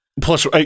plus